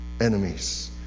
enemies